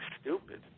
stupid